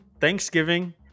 Thanksgiving